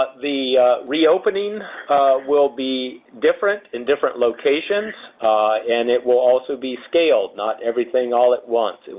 the reopening will be different in different locations and it will also be scaled, not everything all at once.